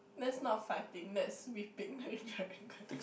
that's not fighting that's sweeping the dragon